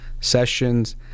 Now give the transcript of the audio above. sessions